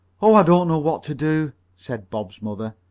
oh, i don't know what to do, said bob's mother.